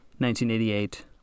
1988